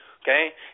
okay